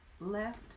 left